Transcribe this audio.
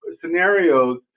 scenarios